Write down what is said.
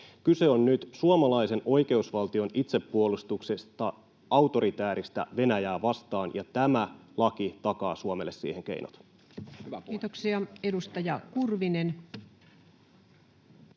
Kyse on nyt suomalaisen oikeusvaltion itsepuolustuksesta autoritääristä Venäjää vastaan, ja tämä laki takaa Suomelle siihen keinot. [Speech 31] Speaker: